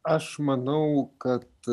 aš manau kad